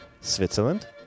Switzerland